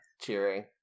cheering